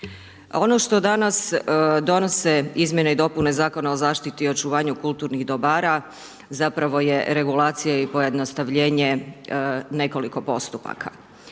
Ono što danas donose izmjene i dopune zakona o zaštiti i očuvanju kulturnih dobara zapravo je regulacija i pojednostavljenje nekoliko postupaka.